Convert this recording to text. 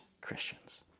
Christians